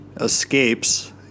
escapes